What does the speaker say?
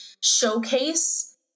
showcase